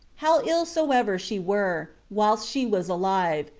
how ill soever she were, whilst she was alive,